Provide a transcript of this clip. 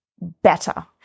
better